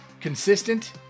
consistent